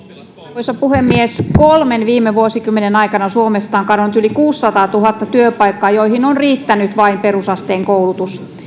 arvoisa puhemies kolmen viime vuosikymmenen aikana suomesta on kadonnut yli kuusisataatuhatta työpaikkaa joihin on riittänyt vain perusasteen koulutus